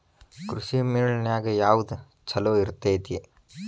ಕೃಷಿಮೇಳ ನ್ಯಾಗ ಯಾವ್ದ ಛಲೋ ಇರ್ತೆತಿ?